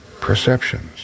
perceptions